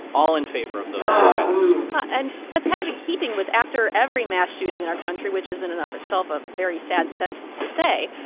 all in favor of those four items and that's kind of in keeping with after every mass shooting in our country, which is in and of itself a very sad sentence to say.